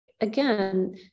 Again